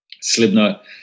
Slipknot